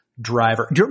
driver